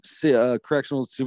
correctional